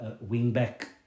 wing-back